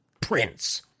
prince